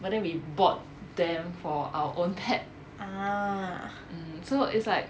but then we bought them for our own pet mm so it's like